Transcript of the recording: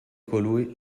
colui